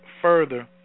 further